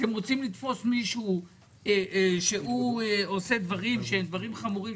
אתם רוצים לתפוס מישהו שעושה דברים חמורים?